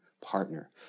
partner